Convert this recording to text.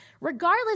regardless